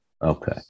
Okay